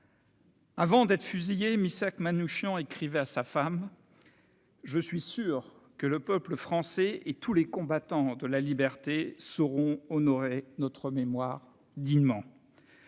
Avant d'être fusillé, Missak Manouchian écrivait à sa femme :« Je suis sûr que le peuple français et tous les combattants de la liberté sauront honorer notre mémoire dignement. »